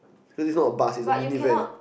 this is not a bus it's a mini van